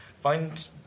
find